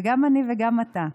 וגם אני וגם אתה,